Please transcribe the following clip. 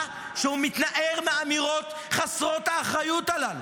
שהוא מתנער מהאמירות חסרות האחריות הללו.